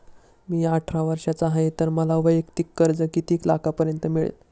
मी अठरा वर्षांचा आहे तर मला वैयक्तिक कर्ज किती लाखांपर्यंत मिळेल?